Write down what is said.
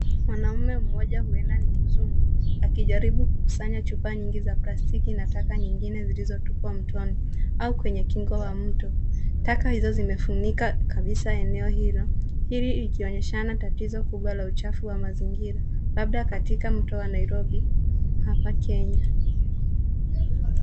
Mwanaume mmoja huenda ni mzungu, akijaribu kukusanya chupa nyingi za plastiki na taka nyingine zilizotupwa mtoni au kwenye kingo wa mto. Taka hizo zimefunika kabisa eneo hilo, hili kuonyeshana tatizo kubwa la uchafu wa mazingira, labda katika mto wa Nairobi, hapa Kenya.